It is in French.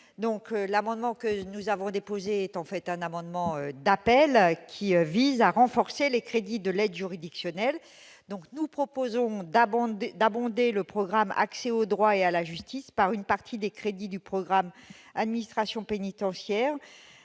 amendement est un amendement d'appel, qui vise à renforcer les crédits de l'aide juridictionnelle. Nous proposons d'abonder le programme « Accès au droit et à la justice » par une partie des crédits du programme « Administration pénitentiaire